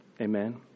Amen